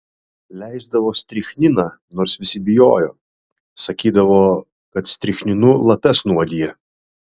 leisdavo strichniną nors visi bijojo sakydavo kad strichninu lapes nuodija